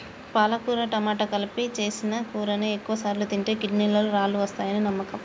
పాలకుర టమాట కలిపి సేసిన కూరని ఎక్కువసార్లు తింటే కిడ్నీలలో రాళ్ళు వస్తాయని నమ్మకం